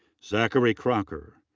zachary crocker.